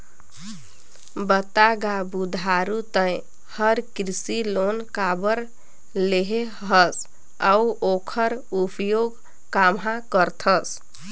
बता गा बुधारू ते हर कृसि लोन काबर लेहे हस अउ ओखर उपयोग काम्हा करथस